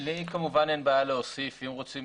לי כמובן אין בעיה להוסיף, אם רוצים